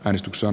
äänestyksen